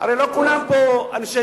זה לא תלוי בהם.